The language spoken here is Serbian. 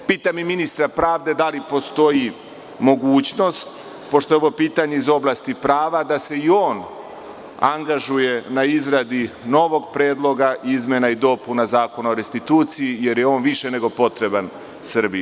Pitam i ministra pravde, da li postoji mogućnost, pošto je ovo pitanje iz oblasti prava, da se i on angažuje na izradi novog predloga izmena i dopuna Zakona o restituciji, jer je on više nego potreban Srbiji?